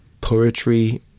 poetry